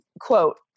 quote